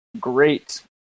great